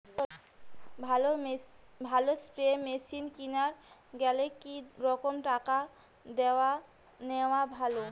ভালো spray machine কিনির গেলে কি রকম টাকা দিয়া নেওয়া ভালো?